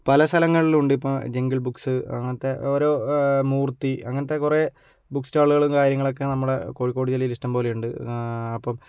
പല സ്ഥലങ്ങളിലുണ്ട് ഇപ്പോൾ ജംഗിൾ ബുക്സ് അങ്ങനത്തെ ഓരോ മൂർത്തി അങ്ങനത്തെ കുറേ ബുക്സ്റ്റാളുകളും കാര്യങ്ങളൊക്കെ നമ്മുടെ കോഴിക്കോട് ജില്ലയിൽ ഇഷ്ട്ം പോലെ ഉണ്ട് അപ്പം